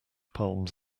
palms